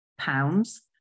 Pounds